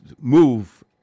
move